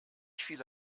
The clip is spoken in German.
viele